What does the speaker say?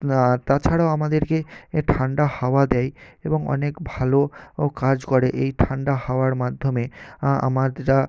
আর তাছাড়াও আমাদেরকে এ ঠান্ডা হাওয়া দেয় এবং অনেক ভালো ও কাজ করে এই ঠান্ডা হাওয়ার মাধ্যমে আমাদরা